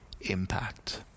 impact